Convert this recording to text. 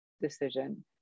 decision